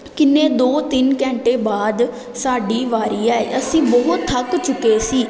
ਕਿੰਨੇ ਦੋ ਤਿੰਨ ਘੰਟੇ ਬਾਅਦ ਸਾਡੀ ਵਾਰੀ ਆਈ ਅਸੀਂ ਬਹੁਤ ਥੱਕ ਚੁੱਕੇ ਸੀ